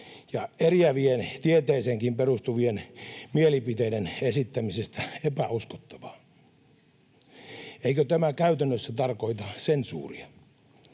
ja eriävien, tieteeseenkin perustuvien, mielipiteiden esittämisestä epäuskottavaa. Eikö tämä käytännössä tarkoita sensuuria,